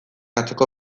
atzoko